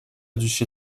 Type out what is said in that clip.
duché